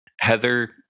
Heather